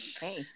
Hey